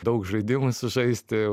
daug žaidimų sužaisti